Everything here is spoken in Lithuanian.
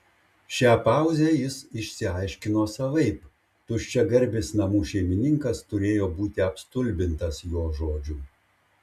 šią pauzę jis išsiaiškino savaip tuščiagarbis namų šeimininkas turėjo būti apstulbintas jo žodžių